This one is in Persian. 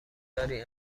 داری